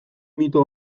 mito